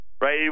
Right